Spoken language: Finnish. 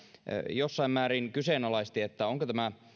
jossain määrin kyseenalaisti että onko tämä